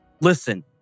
listen